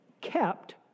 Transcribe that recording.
kept